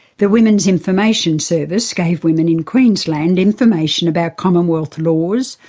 the women's information service gave women in queensland information about commonwealth laws,